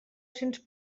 cents